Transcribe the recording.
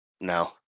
No